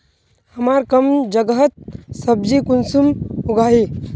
हमार कम जगहत सब्जी कुंसम उगाही?